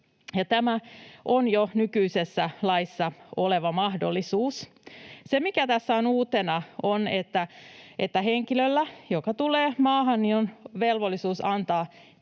tämä on jo nykyisessä laissa oleva mahdollisuus. Se, mikä tässä on uutena, on, että henkilöllä, joka tulee maahan, on velvollisuus antaa